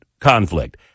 conflict